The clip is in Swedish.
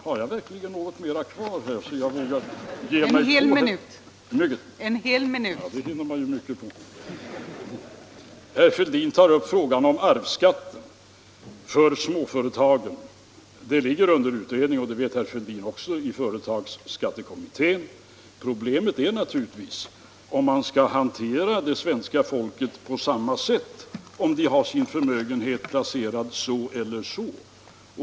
Har jag verkligen mer tid kvar, så att jag vågar ge mig på herr Fälidin? Det hinner man ju mycket på. Herr Fälldin tar upp frågan om arvsskatten för småföretagen. Den ligger under utredning i företagsskatteberedningen, och det vet herr Fälldin också. Problemet är naturligtvis om man skall hantera det svenska folket på olika sätt beroende på hur förmögenheten är placerad.